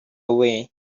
away